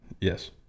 Yes